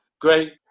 great